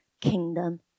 kingdom